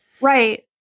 Right